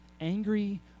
angry